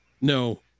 No